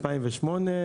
2008,